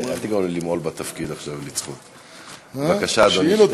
דוד, בבקשה, אדוני.